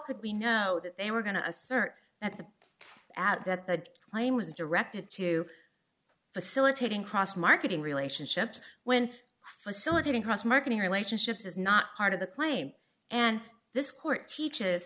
could we know that they were going to assert that the ad that the claim was directed to facilitating cross marketing relationships when facilitating cross marketing relationships is not part of the claim and this court teaches